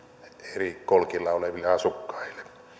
eri kolkilla oleville asukkaille